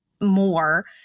more